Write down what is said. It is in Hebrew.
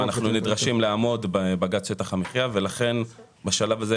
אנחנו נדרשים לעמוד בבג"ץ שטח המחיה ולכן בשלב הזה,